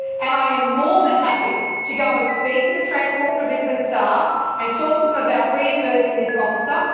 and i am more than happy to go and speak to the transport for brisbane staff and talk to them about reimbursing this officer,